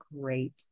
great